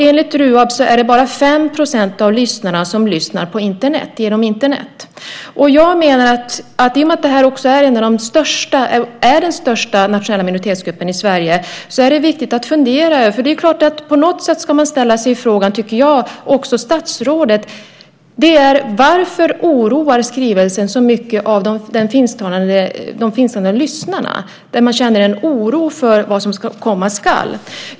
Enligt Ruab är det bara 5 % av lyssnarna som lyssnar genom Internet. I och med att detta är den största nationella minoritetsgruppen i Sverige är det viktigt att fundera över det. På något sätt ska man och också statsrådet ställa sig frågan: Varför oroar skrivelsen så många av de finsktalande lyssnarna? Man känner oro för vad som komma skall.